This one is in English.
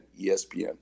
ESPN